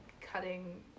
Cutting